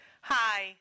hi